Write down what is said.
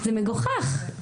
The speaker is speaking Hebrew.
זה מגוחך.